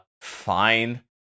fine